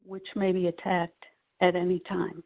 which may be attacked at any time